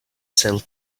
sell